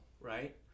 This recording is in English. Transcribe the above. right